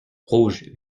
rouge